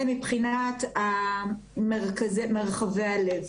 זה מבחינת מרחבי הלב.